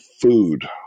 food